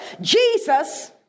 Jesus